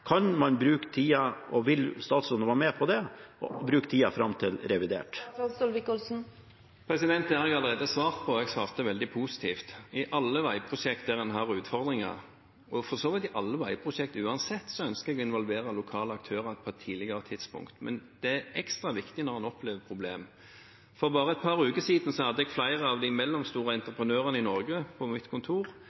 bruke tida fram til revidert nasjonalbudsjett? Det har jeg allerede svart på, og jeg svarte veldig positivt. I alle veiprosjekt der man har utfordringer, og for så vidt i alle veiprosjekt uansett, ønsker jeg å involvere lokale aktører på et tidligere tidspunkt, men det er ekstra viktig når man opplever problemer. For bare et par uker siden hadde jeg flere av de mellomstore entreprenørene i Norge på mitt kontor